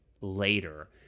later